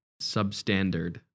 substandard